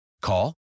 Call